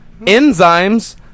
Enzymes